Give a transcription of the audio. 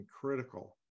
critical